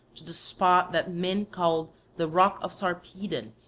to the spot that men called the rock of sarpedon,